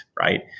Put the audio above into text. Right